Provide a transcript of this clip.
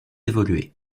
évolué